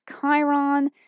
Chiron